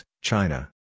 China